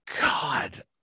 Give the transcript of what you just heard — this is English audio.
God